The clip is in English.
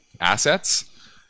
assets